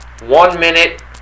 one-minute